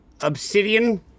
obsidian